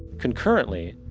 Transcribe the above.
concurrently,